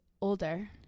Older